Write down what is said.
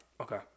Okay